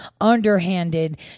underhanded